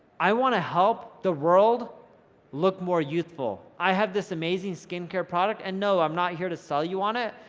i wanna help the world look more youthful. i have this amazing skincare product, and no, i'm not here to sell you on it.